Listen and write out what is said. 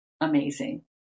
amazing